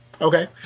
Okay